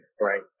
right